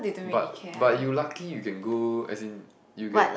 but but you lucky you can go as in you get